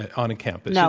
on a campus yeah